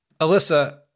Alyssa